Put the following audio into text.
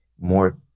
more